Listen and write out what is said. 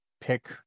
pick